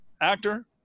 actor